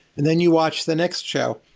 and then you watch the next show.